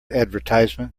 advertisement